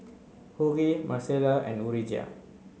Hughie Marcela and Urijah